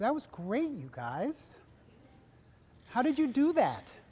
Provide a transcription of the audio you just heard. that was great you guys how did you do that